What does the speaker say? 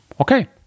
Okay